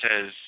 says